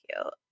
cute